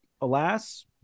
alas